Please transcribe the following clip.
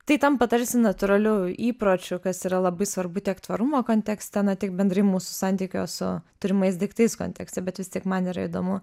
tai tampa tarsi natūraliu įpročiu kas yra labai svarbu tiek tvarumo kontekste na tiek bendrai mūsų santykio su turimais daiktais kontekste bet vis tik man yra įdomu